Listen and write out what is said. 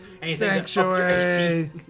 Sanctuary